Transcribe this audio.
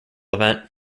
event